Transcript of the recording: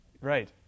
right